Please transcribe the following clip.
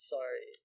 Sorry